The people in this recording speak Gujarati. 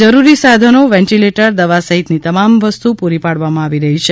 જરૂરી સાધનો વેન્ટીલેટર દવા સહિતની તમામ વસ્તુ પૂરી પાડવામાં આવી રહી છે